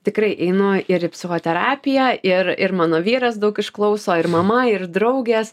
tikrai einu ir į psichoterapiją ir ir mano vyras daug išklauso ir mama ir draugės